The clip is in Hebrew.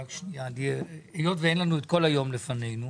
אין לנו את כל היום לפנינו.